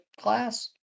class